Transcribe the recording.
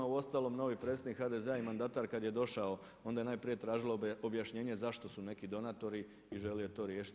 Uostalom, novi predsjednik HDZ-a i mandatar kad je došao onda je najprije tražilo objašnjenje zašto su neki donatori i želi je to riješiti.